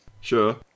Sure